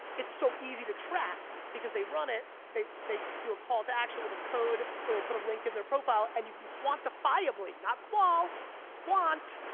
it's so easy to track, because they run it, they they do a call to action with a code, or they put a link in their profile and you can quantifiably, not qual, quant.